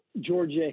Georgia